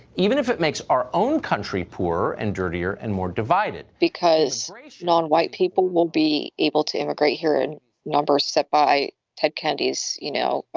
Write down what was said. even if it makes our own country poorer and dirtier and more divided, because non-white people will be able to immigrate here in numbers set by ted kennedy's, you know,